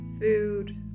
food